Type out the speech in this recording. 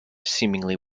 seemingly